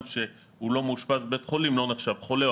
שהוא לא מאושפז בבית חולים לא נחשב חולה,